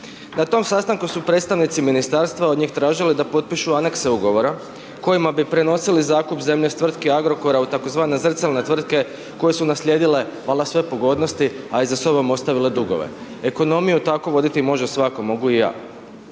Na tom sastanku su predstavnici ministarstva od njih tražili da potpišu anekse ugovora kojima bi prenosili zakup zemlje s tvrtke Agrokora u tzv. zrcalne koje su naslijedile valjda sve pogodnosti a i za sobom ostavile dugove. Ekonomiju tako može voditi svako, mogu i ja.